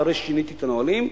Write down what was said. אחרי ששיניתי את הנהלים,